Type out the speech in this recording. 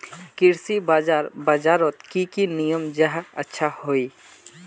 कृषि बाजार बजारोत की की नियम जाहा अच्छा हाई?